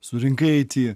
surinkai aity